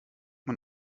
man